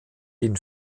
den